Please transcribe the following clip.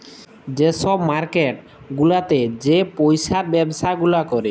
যে ছব মার্কেট গুলাতে যে পইসার ব্যবছা গুলা ক্যরে